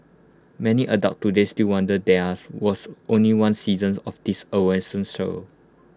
many adults today still wonder there are was only one seasons of this awesome show